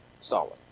Stalin